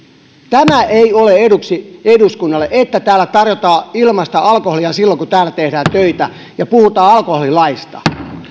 tämä ei ole eduksi eduskunnalle että täällä tarjotaan ilmaista alkoholia silloin kun täällä tehdään töitä ja puhutaan alkoholilaista